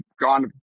gone